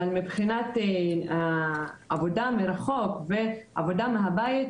ומבחינת העבודה מרחוק ועבודה מהבית,